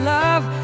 love